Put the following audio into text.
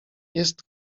jest